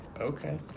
okay